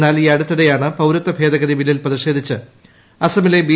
എന്നാൽ ഈയടുത്തിടെയാണ് പൌരത്വ ഭേദഗതി ബില്ലിൽ പ്രതിഷേധിച്ച് അസമിലെ ബി